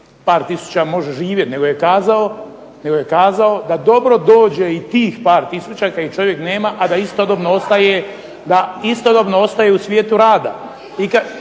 par tisuća može živjeti, nego je kazao da dobro dođe i tih par tisuća kad ih čovjek nema, a da istodobno ostaje u svijetu rada.